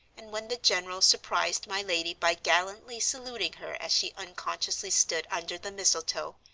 and when the general surprised my lady by gallantly saluting her as she unconsciously stood under the mistletoe,